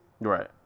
Right